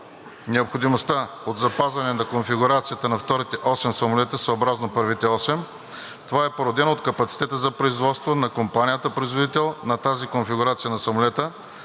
необходимостта от запазване на конфигурацията на вторите осем самолета съобразно първите осем; това е породено от капацитета за производство на компанията-производител на тази конфигурация на самолета,